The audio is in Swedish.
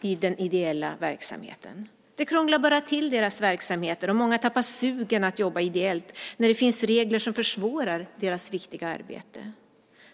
i den ideella verksamheten. Det krånglar bara till deras verksamheter, och många tappar sugen att jobba ideellt när det finns regler som försvårar deras viktiga arbete.